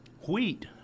wheat